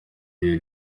ibihe